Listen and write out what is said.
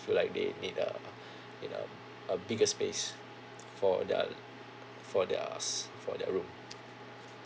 feel like they need a need a a bigger space for their for their s~ for their room